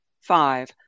Five